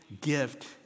gift